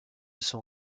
son